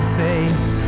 face